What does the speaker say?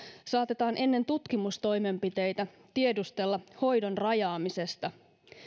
saatetaan ennen tutkimustoimenpiteitä tiedustella hoidon rajaamisesta